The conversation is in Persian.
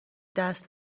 دست